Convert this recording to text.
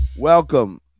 Welcome